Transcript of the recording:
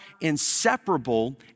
inseparable